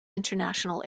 international